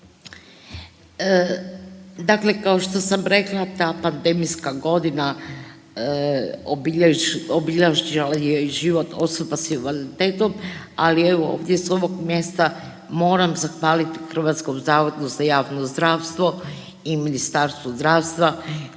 Dakle kao što sam rekla ta pandemijska godina obilježila je i život osoba s invaliditetom, ali evo ovdje s ovog mjesta moram zahvalit HZJZ-u i Ministarstvu zdravstva